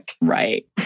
Right